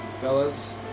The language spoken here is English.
Fellas